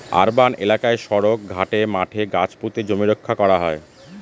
urban এলাকায় সড়ক, ঘাটে, মাঠে গাছ পুঁতে জমি রক্ষা করা হয়